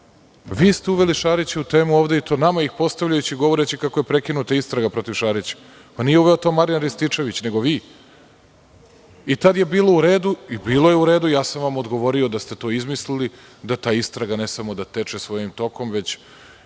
Vi ste uveli Šarića u temu ovde i to nama, postavljajući i govoreći kako je prekinuta istraga protiv Šarića. Nije uveo to Marjan Rističević, nego vi. Tada je bilo u redu i bilo je u redu, ja sam vam odgovorio da ste to izmislili, da istraga ne samo da teče svojim tokom, već